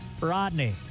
Rodney